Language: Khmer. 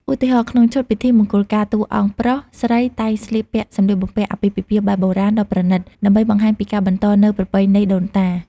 ឧទាហរណ៍ ក្នុងឈុត ពិធីមង្គលការ តួអង្គប្រុសស្រីតែងស្លៀកពាក់ សម្លៀកបំពាក់អាពាហ៍ពិពាហ៍បែបបុរាណ ដ៏ប្រណីត ដើម្បីបង្ហាញពីការបន្តនូវប្រពៃណីដូនតា។